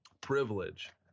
Privilege